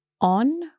On